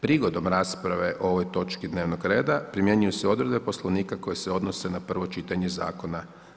Prigodom rasprave o ovoj točki dnevnog reda primjenjuju se odredbe Poslovnika koje se odnose na prvo čitanje zakona.